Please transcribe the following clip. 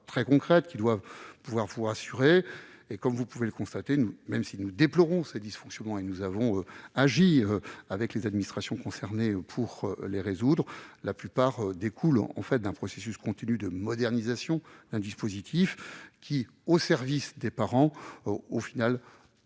très concrètes à même de vous rassurer. Comme vous pouvez le constater, même si nous déplorons ces dysfonctionnements et que nous avons agi avec les administrations concernées pour les résoudre, la plupart d'entre eux découlent en fait d'un processus continu de modernisation d'un dispositif au service des parents, qui,